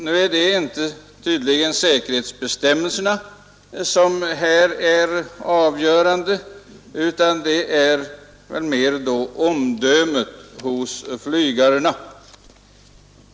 Nu är det tydligen inte säkerhetsbestämmelserna som är avgörande i det fallet, utan det är mera flygarnas omdöme.